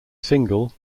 single